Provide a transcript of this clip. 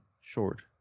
short